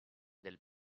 del